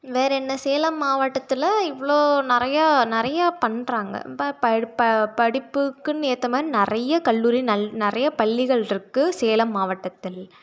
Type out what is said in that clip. வேறு என்ன சேலம் மாவட்டத்தில் இவ்வளோ நிறையா நிறையா பண்ணுறாங்க ப ப படிப்புக்குன்னு ஏற்றமாரி நிறையா கல்லூரி நல் நிறையா பள்ளிகள் இருக்கு சேலம் மாவட்டத்தில்